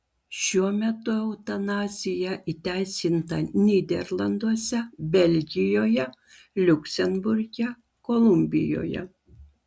šiuo metu eutanazija įteisinta nyderlanduose belgijoje liuksemburge kolumbijoje